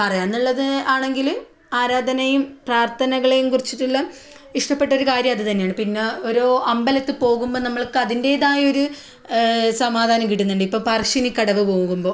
പറയാമെന്നുള്ളത് ആണെങ്കിൽ ആരാധനയും പ്രാർത്ഥനകളേയും കുറിച്ചിട്ടുള്ള ഇഷ്ടപ്പെട്ട ഒരു കാര്യം അത് തന്നെയാണ് പിന്നെ ഓരോ അമ്പലത്തിൽ പോകുമ്പോൾ നമ്മൾക്കതിൻറ്റേതായ ഒരു സമാധാനം കിട്ടുന്നുണ്ട് ഇപ്പോൾ പറശ്ശിനിക്കടവ് പോകുമ്പോൾ